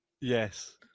Yes